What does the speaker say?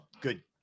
good